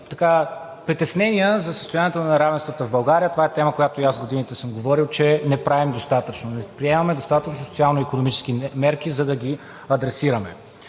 и притеснения за състоянието на неравенствата в България. Това е тема, за която и аз в годините съм говорил, че не правим достатъчно, че не приемаме достатъчно социално-икономически мерки, за да ги адресираме.